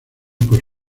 por